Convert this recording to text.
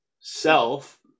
self